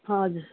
हजुर